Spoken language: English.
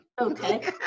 Okay